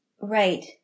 Right